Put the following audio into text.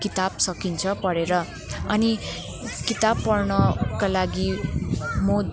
किताब सकिन्छ पढेर अनि किताब पढ्नका लागि म